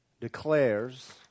declares